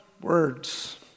words